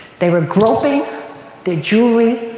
they were groping their jewelry.